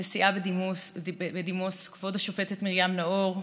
הנשיאה בדימוס כבוד השופטת מרים נאור,